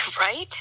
right